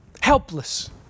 helpless